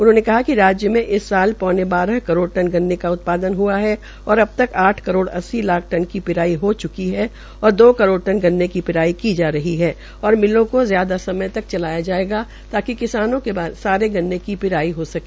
उन्होंने कहा कि राज्य में इस साल पौने बारह करोड़ टन गन्ने का उत्पादन हुआ है और अब तक आठ करोड़ अस्सी लाख टन की पिराई हो च्की है और दो करोड़ टन गन्ने की पिराई की जा रही है और मिलों को ज्यादा समय तक चलाया जायेगा ताकि किसानों के सारे गन्ने की पिराई हो सके